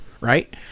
right